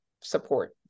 support